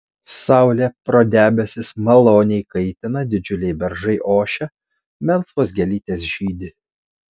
saulė pro debesis maloniai kaitina didžiuliai beržai ošia melsvos gėlytės žydi